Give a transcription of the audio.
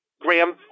Graham